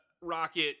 rocket